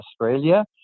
Australia